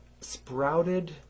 sprouted